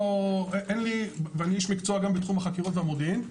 אני איש מקצוע גם בתחום החקירות והמודיעין,